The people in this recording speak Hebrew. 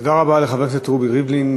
תודה רבה לחבר הכנסת רובי ריבלין.